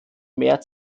mehr